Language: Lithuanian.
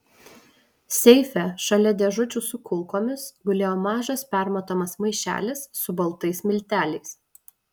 seife šalia dėžučių su kulkomis gulėjo mažas permatomas maišelis su baltais milteliais